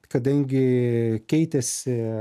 kadangi keitėsi